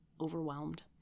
overwhelmed